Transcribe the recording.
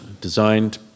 designed